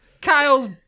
kyle's